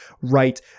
right